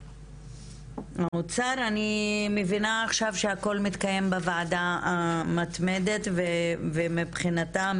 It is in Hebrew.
מהאוצר אני מבינה עכשיו שהכל מתקיים בוועדה המתמדת ומבחינתם